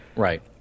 Right